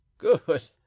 Good